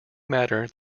matter